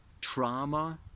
trauma